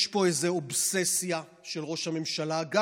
יש פה איזו אובססיה של ראש הממשלה גם,